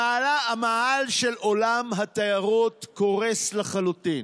המאהל של עולם התיירות קורס לחלוטין.